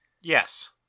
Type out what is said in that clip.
Yes